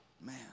Man